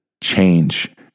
change